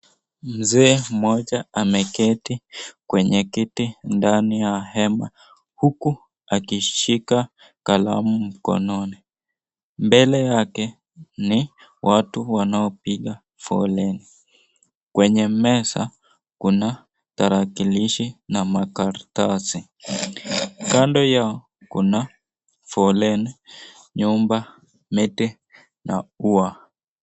Mzee mmoja ameketi kwenye kiti ndani ya hema huku akishika kalamu mkononi. Mbele yake ni watu wanaopiga foleni. Kwenye meza kuna tarakilishi na makaratasi. Kando yao kuna foleni, nyumba, miti na ua.